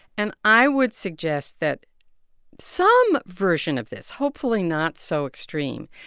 and i would suggest that some version of this, hopefully not so extreme,